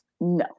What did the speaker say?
no